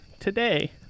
today